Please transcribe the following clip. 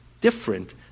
different